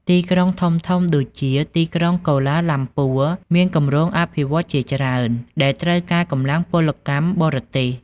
ទីក្រុងធំៗដូចជាទីក្រុងគូឡាឡាំពួរ មានគម្រោងអភិវឌ្ឍន៍ជាច្រើន ដែលត្រូវការកម្លាំងពលកម្មបរទេស ។